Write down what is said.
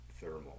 thermal